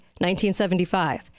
1975